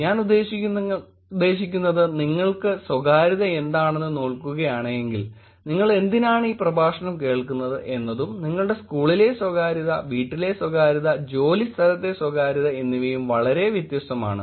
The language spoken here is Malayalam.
ഞാൻ ഉദ്ദേശിക്കുന്നത് നിങ്ങൾക്ക് സ്വകാര്യത എന്താണെന്ന് നോക്കുകയാണെങ്കിൽ നിങ്ങൾ എന്തിനാണ് ഈ പ്രഭാഷണം കേൾക്കുന്നത് എന്നതും നിങ്ങളുടെ സ്കൂളിലെ സ്വകാര്യത വീട്ടിലെ സ്വകാര്യത ജോലി സ്ഥലത്തെ സ്വകാര്യത എന്നിവയും വളരെ വ്യത്യസ്തമാണ്